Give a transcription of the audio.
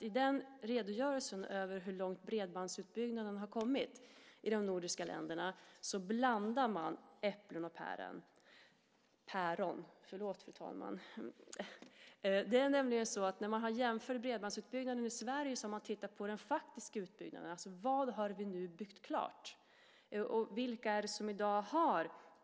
I den redogörelsen över hur långt bredbandsutbyggnaden har kommit i de nordiska länderna blandar man äpplen och päron. När man har jämfört med bredbandsutbyggnaden i Sverige har man tittat på den faktiska utbyggnaden. Vad har vi nu byggt klart? Vilka är det som i dag har bredband?